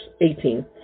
eighteen